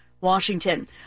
Washington